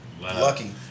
lucky